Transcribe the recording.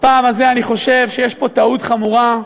בפעם הזאת אני חושב שיש פה טעות חמורה,